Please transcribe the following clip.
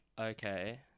Okay